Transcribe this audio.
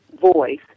voice